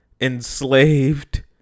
enslaved